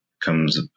Comes